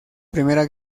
primera